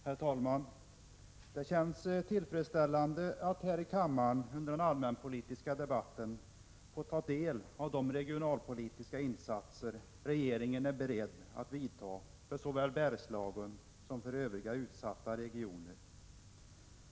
Herr talman! Det känns tillfredsställande att här i kammaren under den allmänpolitiska debatten få ta del av de regionalpolitiska insatser regeringen är beredd att göra för såväl Bergslagen som övriga utsatta regioner.